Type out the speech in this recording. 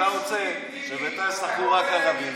אתה רוצה שבבית"ר ישחקו רק ערבים.